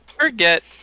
forget